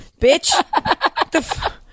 bitch